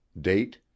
Date